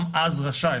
גם אז הוא רשאי.